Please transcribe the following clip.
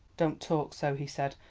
don't talk so, he said,